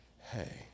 Hey